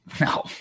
No